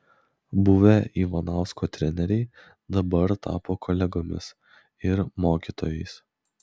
buvę ivanausko treneriai dabar tapo kolegomis ir mokytojais